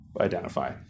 Identify